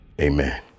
Amen